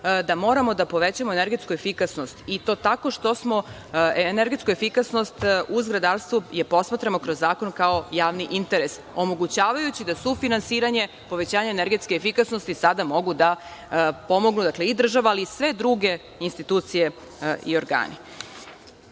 da moramo da povećamo energetsku efikasnost i to tako što smo energetsku efikasnost posmatrali kroz zakon kao javni interes, omogućavajući da sufinansiranje, povećanje energetske efikasnosti sada mogu da pomognu i država ali i sve druge institucije i organi. Što